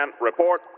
report